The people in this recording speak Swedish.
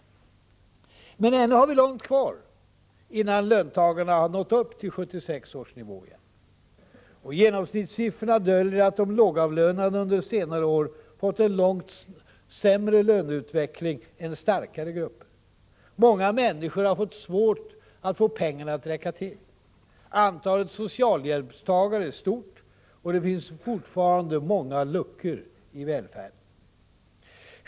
Men ännu är det långt kvar tills löntagarna nått upp till 1976 års nivå igen. Och genomsnittssiffrorna döljer att de lågavlönade under senare år fått en långt sämre löneutveckling än starkare grupper. Många människor har svårt att få pengarna att räcka till. Antalet sociälhjälpstagare är stort, och det finns fortfarande många luckor i välfärden.